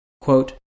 Quote